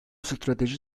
strateji